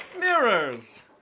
Mirrors